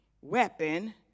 weapon